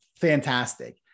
fantastic